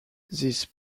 these